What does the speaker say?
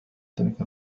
تلك